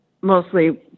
mostly